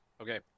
Okay